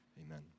Amen